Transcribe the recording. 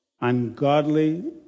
ungodly